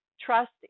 trust